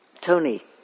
Tony